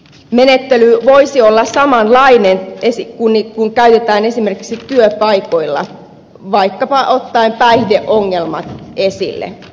menettely voisi olla samanlainen kuin mitä käytetään esimerkiksi työpaikoilla vaikkapa ottaen päihdeongelmat esille